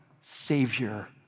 Savior